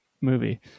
movie